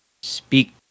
speak